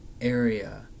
area